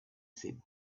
said